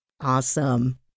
Awesome